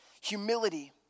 humility